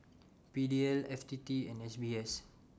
P D L F T T and S B S